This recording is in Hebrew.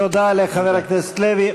תודה לחבר הכנסת לוי.